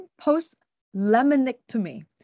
post-laminectomy